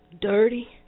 Dirty